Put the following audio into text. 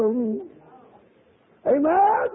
Amen